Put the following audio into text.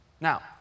Now